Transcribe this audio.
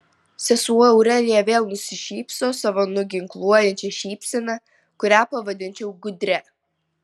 sesuo aurelija vėl nusišypso savo nuginkluojančia šypsena kurią pavadinčiau gudria